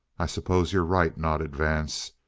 i suppose you're right, nodded vance,